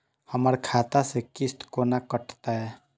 हमर खाता से किस्त कोना कटतै?